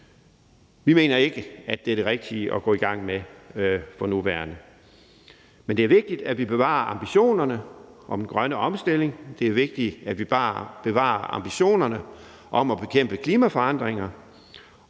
vi mener ikke, at det er det rigtige at gå i gang med for nuværende. Men det er vigtigt, at vi bevarer ambitionerne om den grønne omstilling, og det er vigtigt, at vi bevarer ambitionerne om at bekæmpe klimaforandringerne,